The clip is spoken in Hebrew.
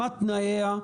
מה תנאיה,